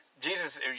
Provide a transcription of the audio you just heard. Jesus